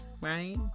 right